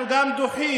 אנחנו גם דוחים